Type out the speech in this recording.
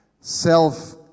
self